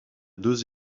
deux